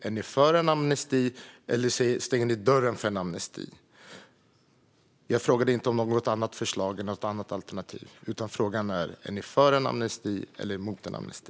Är ni för en amnesti, eller stänger ni dörren för en amnesti? Jag frågade inte om något annat förslag eller om något annat alternativ, utan frågan är: Är ni för eller emot en amnesti?